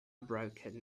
broken